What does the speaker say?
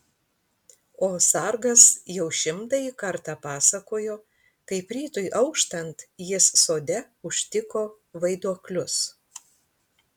o sargas jau šimtąjį kartą pasakojo kaip rytui auštant jis sode užtiko vaiduoklius